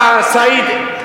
סעיד,